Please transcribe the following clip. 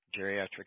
geriatric